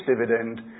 dividend